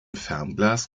fernglas